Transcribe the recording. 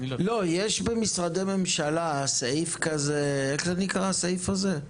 יש במשרדי ממשלה סעיף כזה, איך נקרא הסעיף הזה?